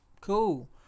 cool